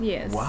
Yes